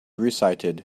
recited